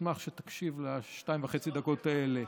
אשמח שתקשיב לשתיים וחצי הדקות האלה.